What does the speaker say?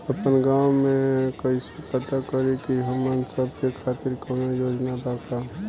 आपन गाँव म कइसे पता करि की हमन सब के खातिर कौनो योजना बा का?